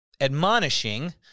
admonishing